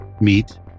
meet